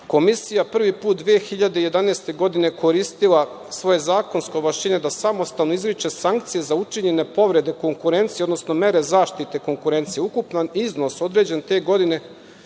Komisija prvi put 2011. godine koristila svoje zakonsko ovlašćenje da samostalno izriče sankcije za učinjene povrede konkurencije, odnosno mere zaštite konkurencije. Ukupan iznos određen te godine,